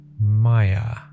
maya